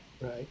right